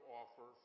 offer